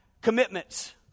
commitments